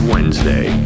Wednesday